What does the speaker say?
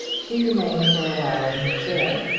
she remained for a while in her chair,